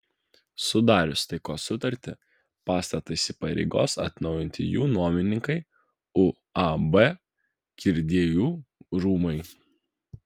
sudarius taikos sutartį pastatą įsipareigos atnaujinti jų nuomininkai uab kirdiejų rūmai